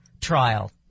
trial